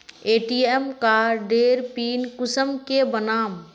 ATM कार्डेर pin कुंसम के बनाम?